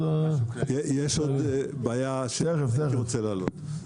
יש עוד בעיה שהייתי רוצה להעלות.